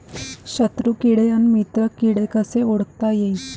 शत्रु किडे अन मित्र किडे कसे ओळखता येईन?